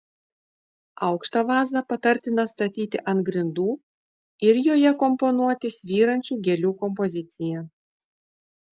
aukštą vazą patartina statyti ant grindų ir joje komponuoti svyrančių gėlių kompoziciją